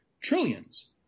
trillions